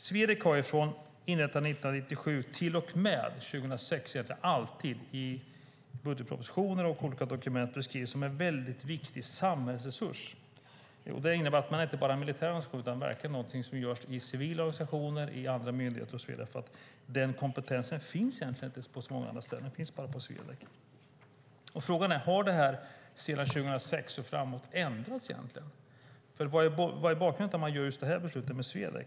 Swedec har från inrättandet 1997 till och med 2006 i budgetpropositioner och andra dokument alltid beskrivits som en viktig samhällsresurs. Det innebär att det inte bara är en militär organisation, utan den fyller också en funktion för civila organisationer och myndigheter eftersom denna kompetens bara finns på Swedec. Har detta ändrats sedan 2006? Vad är bakgrunden till beslutet om Swedec?